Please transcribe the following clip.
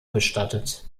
bestattet